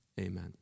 Amen